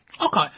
Okay